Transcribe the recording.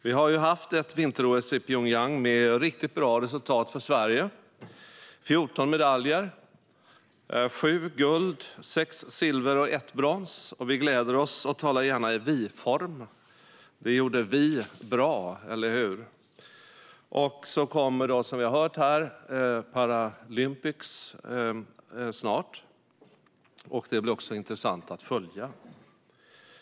Vi har ju nyss haft ett vinter-OS i Pyeongchang med riktigt bra resultat för Sverige: 14 medaljer - sju guld, sex silver och ett brons. Vi gläder oss och talar gärna i vi-form: Det gjorde vi bra, eller hur? Snart kommer också Paralympics, som vi hört här. Det blir också intressant att följa.